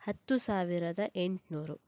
ಹತ್ತು ಸಾವಿರದ ಎಂಟುನೂರು